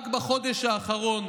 זה רק בחודש האחרון,